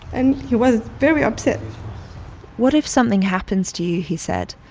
and he was very upset what if something happens to you, he said.